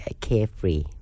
carefree